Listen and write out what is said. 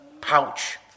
pouch